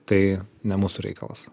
tai ne mūsų reikalas